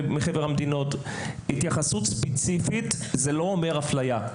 בלרוס התייחסות ספציפית אין פרושה הפלייה,